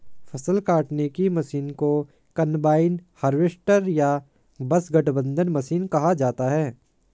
फ़सल काटने की मशीन को कंबाइन हार्वेस्टर या बस गठबंधन मशीन कहा जाता है